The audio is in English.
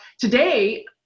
today